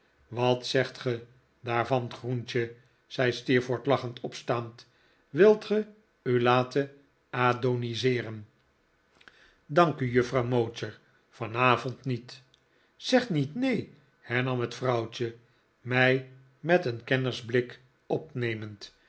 wat zegt ge daarvan groentje zei steerforth lachend opstaand wilt ge u laten adoniseeren dank u juffrouw mowcher vanavond niet zeg niet neen hernam het vrouwtje mij met een kennersblik opnemend